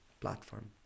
platform